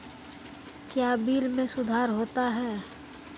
क्या बिल मे सुधार होता हैं?